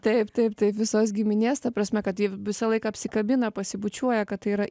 taip taip taip visos giminės ta prasme kad jie visą laiką apsikabina pasibučiuoja kad tai yra